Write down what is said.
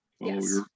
Yes